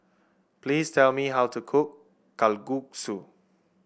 please tell me how to cook Kalguksu